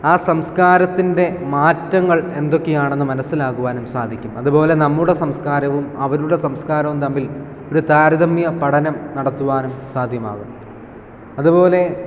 ആ സംസ്കാരത്തിൻ്റെ മാറ്റങ്ങൾ എന്തൊക്കെയാണെന്ന് മനസ്സിലാക്കുവാനും സാധിക്കും അതുപോലെ നമ്മുടെ സംസ്കാരവും അവരുടെ സംസ്കാരവും തമ്മിൽ ഒരു താരതമ്യ പഠനം നടത്തുവാനും സാധ്യമാകും അതുപോലെ